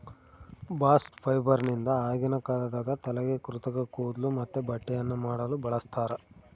bast ಫೈಬರ್ನಿಂದ ಆಗಿನ ಕಾಲದಾಗ ತಲೆಗೆ ಕೃತಕ ಕೂದ್ಲು ಮತ್ತೆ ಬಟ್ಟೆಯನ್ನ ಮಾಡಲು ಬಳಸ್ತಾರ